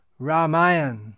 Ramayan